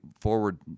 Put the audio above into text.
forward